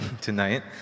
tonight